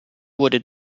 wurde